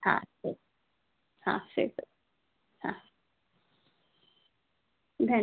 हा हा हा धन्